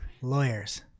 Lawyers